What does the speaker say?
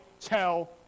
tell